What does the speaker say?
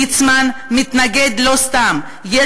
ליצמן לא סתם מתנגד,